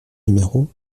numéro